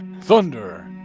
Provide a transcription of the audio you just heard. thunder